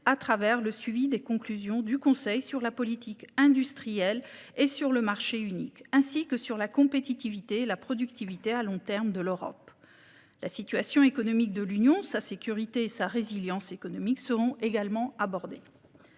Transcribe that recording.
au travers des conclusions du Conseil sur la politique industrielle et sur le marché unique, ainsi que sur la compétitivité et la productivité à long terme de l'Europe. La situation économique, la sécurité et la résilience économique de l'Union